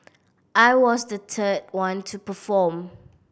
I was the third one to perform